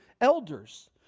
elders